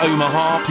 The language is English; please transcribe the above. Omaha